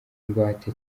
ingwate